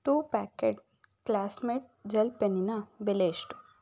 to packet Classmate gel ಪೆನ್ನಿನ ಬೆಲೆ ಎಷ್ಟು